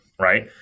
Right